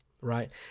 right